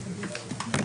הישיבה ננעלה בשעה 15:07.